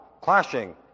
clashing